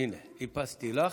הינה, איפסתי לך.